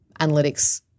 analytics